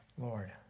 Lord